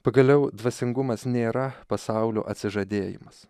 pagaliau dvasingumas nėra pasaulio atsižadėjimas